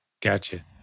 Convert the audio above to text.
Gotcha